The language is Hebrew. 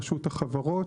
רשות החברות,